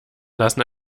lassen